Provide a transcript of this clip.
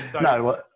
No